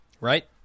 Right